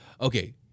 okay